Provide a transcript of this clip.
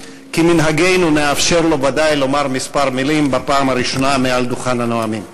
וכמנהגנו נאפשר לו ודאי לומר כמה מילים בפעם הראשונה מעל דוכן הנאומים.